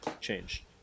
change